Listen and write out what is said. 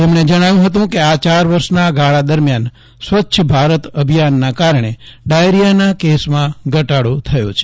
તેમણે જણાવ્યું હતું કે આ ચાર વર્ષના ગાળા દરમિયાન સ્વચ્છ ભારત અભિયાનના કારણે ડાયેરીયાના કેસમાં ઘટાડો થયો છે